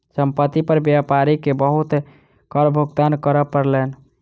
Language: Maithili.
संपत्ति पर व्यापारी के बहुत कर भुगतान करअ पड़लैन